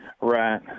Right